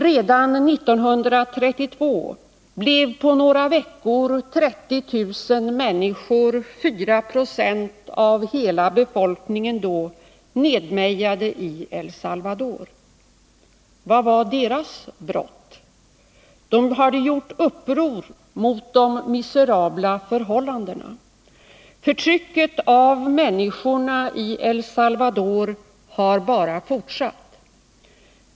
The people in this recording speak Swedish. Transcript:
Redan 1932 blev på några veckor 30 000 människor — 4 2 av hela befolkningen — nedmejade i El Salvador. Vad var deras brott? De hade gjort uppror mot de miserabla förhållandena. Förtrycket av människorna i El Salvador har bara fortsatt.